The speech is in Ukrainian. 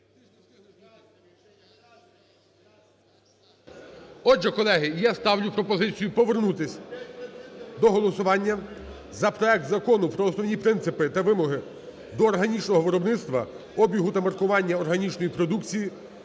Отже, колеги, я ставлю пропозицію повернутись до голосування за проект Закону про основні принципи та вимоги до органічного виробництва, обігу та маркування органічної продукції,